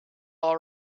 all